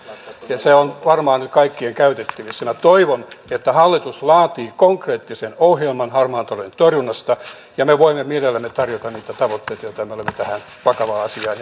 ja se on varmaan kaikkien käytettävissä toivon että hallitus laatii konkreettisen ohjelman harmaan talouden torjunnasta ja me voimme mielellämme tarjota niitä tavoitteita joita me olemme tähän vakavaan asiaan